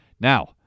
Now